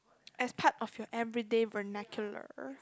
as part of your every day vernacular